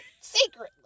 secretly